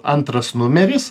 antras numeris